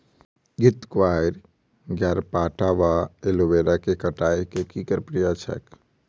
घृतक्वाइर, ग्यारपाठा वा एलोवेरा केँ कटाई केँ की प्रक्रिया छैक?